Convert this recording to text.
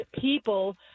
people –